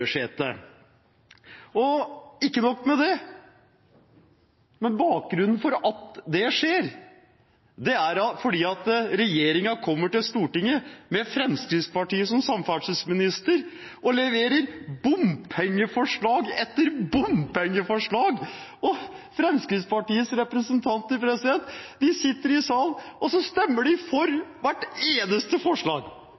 i førersetet. Ikke nok med det: Bakgrunnen for at det skjer, er at regjeringen kommer til Stortinget med en samferdselsminister fra Fremskrittspartiet og leverer bompengeforslag etter bompengeforslag – og Fremskrittspartiets representanter sitter i salen og stemmer